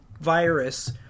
virus